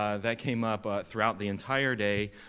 um that came up throughout the entire day.